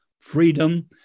freedom